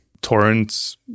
torrents